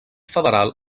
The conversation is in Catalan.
federal